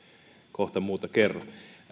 kohta muuta kerro